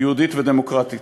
יהודית ודמוקרטית.